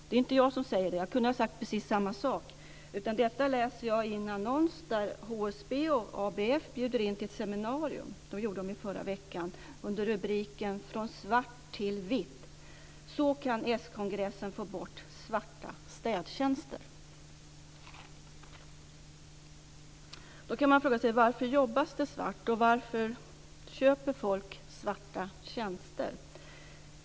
Det är inte jag som har sagt detta - jag kunde ha sagt precis samma sak - utan detta läser jag i en annons där HSB och ABF bjöd in till ett seminarium i förra veckan med rubriken Från svart till vitt - så kan skongressen få bort svarta städtjänster. Då kan man fråga sig varför det jobbas svart och varför människor köper svarta tjänster.